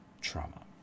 trauma